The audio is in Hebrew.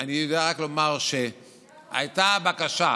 אני יודע רק לומר שהייתה בקשה,